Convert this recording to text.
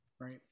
right